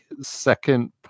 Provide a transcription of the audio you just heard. second